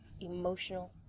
emotional